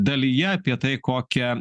dalyje apie tai kokią